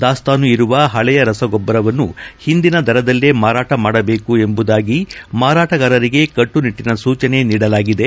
ದಾಸ್ತಾನು ಇರುವ ಪಳೆಯ ರಸಗೊಬ್ಲರವನ್ನು ಹಿಂದಿನ ದರದಲ್ಲೇ ಮಾರಾಟ ಮಾಡಬೇಕು ಎಂಬುದಾಗಿ ಮಾರಾಟಗಾರಂಗೆ ಕಟ್ಸುನಿಟ್ಟಿನ ಸೂಚನೆ ನೀಡಲಾಗಿದೆ